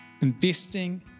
investing